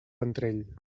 ventrell